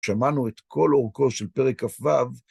שמענו את כל אורכו של פרק כ"ו.